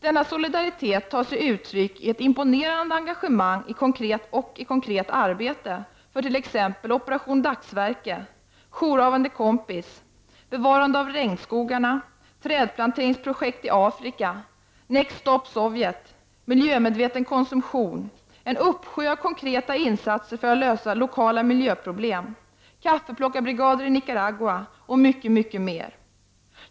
Denna solidaritet tar sig uttryck i ett imponerande engagemang och i konkret arbete för t.ex. Operation dagsverke, Jourhavande kompis, bevarande av regnskogarna, trädplanteringsprojekt i Afrika, Next Stop Sovjet, miljömedveten konsumtion, en uppsjö av konkreta insatser för att lösa lokala miljöproblem, kaffeplockarbrigader i Nicaragua och mycket annat.